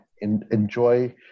enjoy